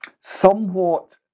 somewhat